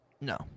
No